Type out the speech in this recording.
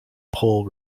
pole